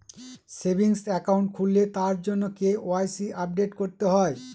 savings account খুললে তার জন্য কে.ওয়াই.সি আপডেট করতে হয়